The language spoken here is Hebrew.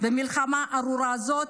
במלחמה הארורה הזאת.